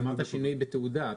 אמרת שינוי בתעודה.